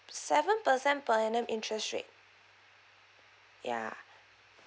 seven percent per annum interest rate ya